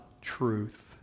truth